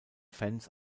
fans